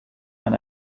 man